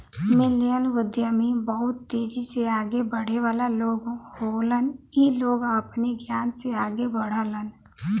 millennial उद्यमी बहुत तेजी से आगे बढ़े वाला लोग होलन इ लोग अपने ज्ञान से आगे बढ़लन